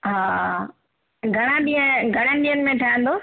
हा घणा ॾींहं घणनि ॾींहनि में ठहंदो